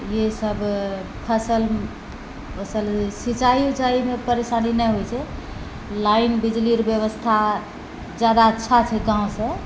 ये सब फसल सिञ्चाई उचाईमे परेशानी नहि हुवै छै लाइन बिजली अर व्यवस्था जादा अच्छा छै गाँवसँऽ